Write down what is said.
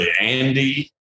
Andy